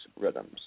rhythms